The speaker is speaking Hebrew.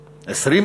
העוני,